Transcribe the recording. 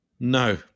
No